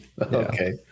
Okay